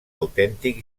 autèntic